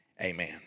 Amen